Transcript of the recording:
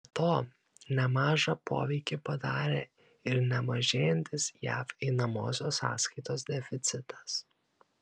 be to nemažą poveikį padarė ir nemažėjantis jav einamosios sąskaitos deficitas